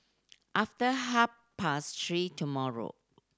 after half past three tomorrow